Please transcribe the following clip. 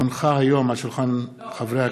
הונחה היום על שולחן הכנסת,